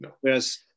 Whereas